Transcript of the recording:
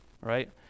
right